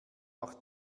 noch